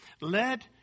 Let